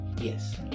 Yes